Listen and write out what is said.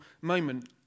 moment